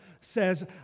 says